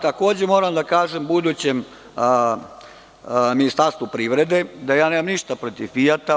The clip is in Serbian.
Takođe, moram da kažem budućem Ministarstvu privrede da nemam ništa protiv „Fijata“